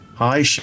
Hi